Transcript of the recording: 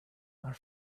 are